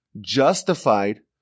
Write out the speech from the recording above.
justified